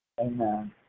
Amen